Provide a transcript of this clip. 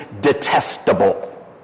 detestable